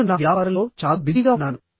నేను నా వ్యాపారంలో చాలా బిజీగా ఉన్నాను